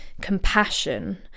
compassion